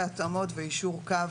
התאמות ויישור קו